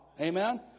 Amen